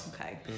Okay